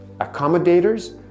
Accommodators